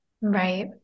right